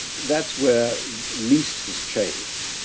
that's where least has changed.